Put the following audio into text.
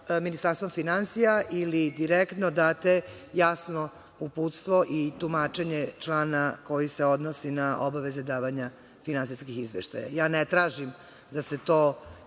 Ministarstvom finansija ili direktno, date jasno uputstvo i tumačenje člana koji se odnosi na obaveze davanja finansijskih izveštaja. Ne tražim da se to izrikom